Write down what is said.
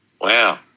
wow